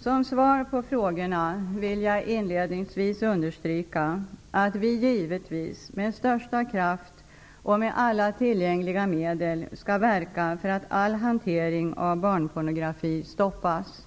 Som svar på frågorna vill jag inledningsvis understryka att vi givetvis med största kraft och med alla tillgängliga medel skall verka för att all hantering av barnpornografi stoppas.